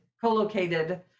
co-located